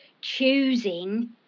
choosing